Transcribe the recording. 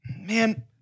man